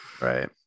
right